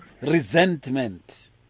resentment